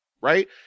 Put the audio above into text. right